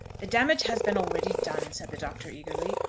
the damage has been already done, said the doctor, eagerly.